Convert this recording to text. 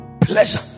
Pleasure